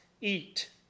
eat